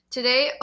Today